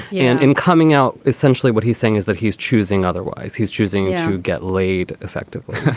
yeah and and coming out essentially what he's saying is that he's choosing otherwise. he's choosing to get laid effectively.